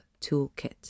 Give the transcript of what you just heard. toolkit